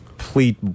Complete